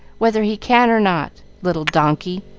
whether he can or not. little donkey!